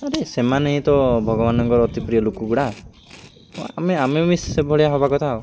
ଆରେ ସେମାନେ ହିଁ ତ ଭଗବାନଙ୍କର ଅତି ପ୍ରିୟ ଲୋକଗୁଡ଼ା ଆମେ ଆମେ ବି ସେ ଭଳିଆ ହବା କଥା ଆଉ